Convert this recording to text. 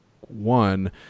one